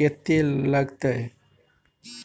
केत्ते लगतै?